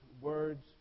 words